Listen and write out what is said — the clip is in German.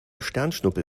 sternschnuppe